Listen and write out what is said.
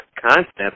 concept